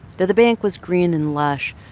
the the bank was green and lush,